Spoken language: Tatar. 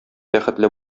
бәхетле